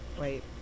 Wait